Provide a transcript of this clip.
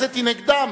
שהכנסת נגדם.